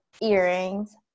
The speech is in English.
earrings